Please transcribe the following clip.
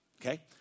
Okay